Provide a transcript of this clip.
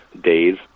days